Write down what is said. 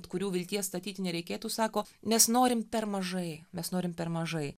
kurių vilties statyti nereikėtų sako nes norim per mažai mes norim per mažai